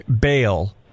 bail